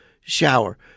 shower